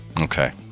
Okay